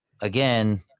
again